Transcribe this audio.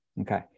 Okay